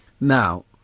now